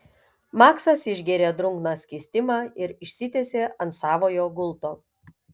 maksas išgėrė drungną skystimą ir išsitiesė ant savojo gulto